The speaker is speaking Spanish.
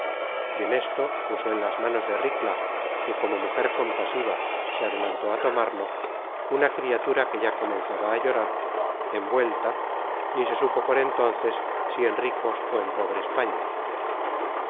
y en esto puso en las manos de ricla que como mujer compasiva se adelantó á tomarlo una criatura que ya comenzaba a llorar envuelta ni se supo por entonces si en ricos ó en pobres paños